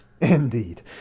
Indeed